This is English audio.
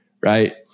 right